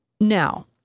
Now